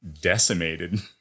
decimated